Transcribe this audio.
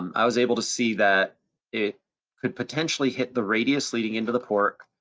um i was able to see that it could potentially hit the radius leading into the port,